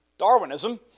Darwinism